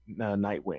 Nightwing